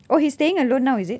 oh he's staying alone now is it